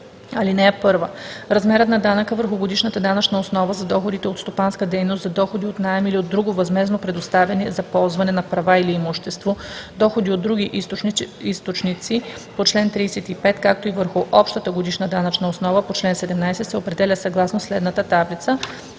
така: „(1) Размерът на данъка върху годишната данъчна основа за доходите от стопанска дейност, за доходи от наем или от друго възмездно предоставяне за ползване на права или имущество, доходи от други източници по чл. 35, както и върху общата годишна данъчна основа по чл. 17 се определя съгласно следната таблица.“